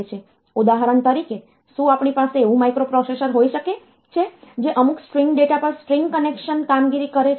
ઉદાહરણ તરીકે શું આપણી પાસે એવું માઇક્રોપ્રોસેસર હોઈ શકે છે જે અમુક સ્ટ્રિંગ ડેટા પર સ્ટ્રિંગ કન્કેટનેશન concatenation શૃંખલીકરણ કામગીરી કરે છે